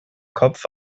kopf